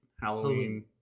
Halloween